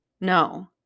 no